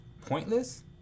pointless